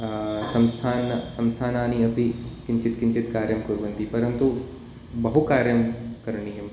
संस्थानः संस्थानानि अपि किञ्चित् किञ्चित् कार्यं कुर्वन्ति परन्तु बहु कार्यं करणीयं